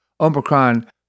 Omicron